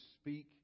speak